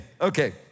okay